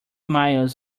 miles